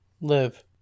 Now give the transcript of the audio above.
Live